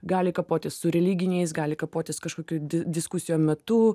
gali kapotis su religiniais gali kapotis kažkokių di diskusijų metu